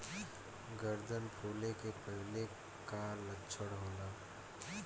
गर्दन फुले के पहिले के का लक्षण होला?